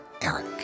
Eric